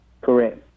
Correct